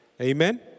Amen